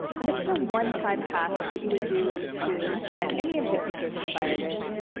and this is a one-time task that you would do to instrument any of the features in firebase,